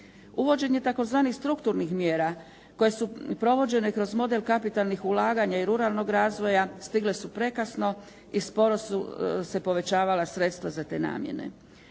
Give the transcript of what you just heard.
Uvođenje tzv. strukturnih mjera koje su provođene kroz model kapitalnih ulaganja i ruralnog razvoja stigle su prekasno i sporo su se povećavala sredstva za te namjene.